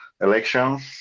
elections